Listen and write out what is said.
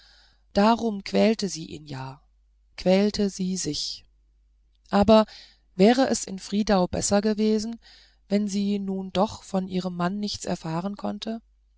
darum quälte sie ihn ja quälte sie sich aber wäre es in friedau besser gewesen wenn sie nun doch von ihrem mann nichts erfahren konnte